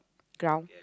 ground